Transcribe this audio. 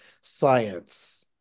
science